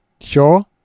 sure